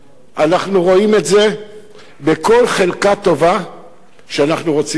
אנחנו רואים את זה בכל חלקה טובה שאנחנו רוצים לעסוק בה.